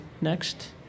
next